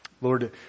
Lord